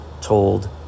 told